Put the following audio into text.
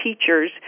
teachers